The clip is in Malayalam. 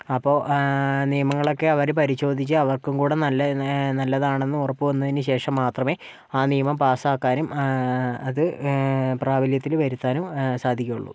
അപ്പോൾ നിയമങ്ങളൊക്കെ അവര് പരിശോധിച്ച് അവർക്കും കൂടെ നല്ലതാണെന്ന് ഉറപ്പ് വന്നതിന് ശേഷം മാത്രമേ ആ നിയമം പാസ്സാക്കാനും അത് പ്രാബല്യത്തില് വരുത്താനും സാധിക്കുകയുള്ളു